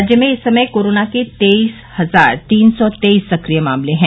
राज्य में इस समय कोरोना के तेईस हजार तीन सौ तेईस सक्रिय मामले हैं